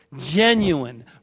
genuine